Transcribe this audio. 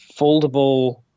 foldable